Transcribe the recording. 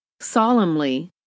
solemnly